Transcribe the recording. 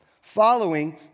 following